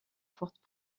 fortes